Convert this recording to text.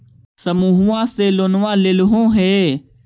समुहवा से लोनवा लेलहो हे?